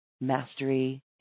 Mastery